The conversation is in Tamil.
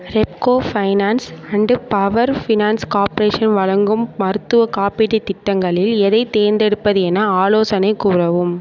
Repco finance and power finance corporation வழங்கும் மருத்துவக் காப்பீட்டுத் திட்டங்களில் எதைத் தேர்ந்தெடுப்பது என ஆலோசனை கூறவும்